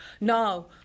Now